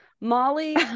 molly